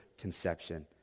conception